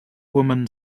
woman